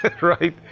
right